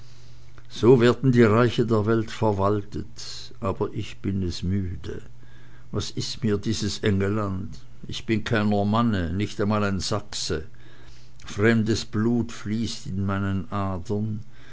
so werden die reiche der welt verwaltet aber ich bin es müde was ist mir dieses engelland ich bin kein normanne nicht einmal ein sachse fremdes blut fließt in meinen adern